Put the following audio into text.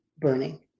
burning